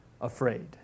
afraid